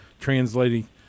translating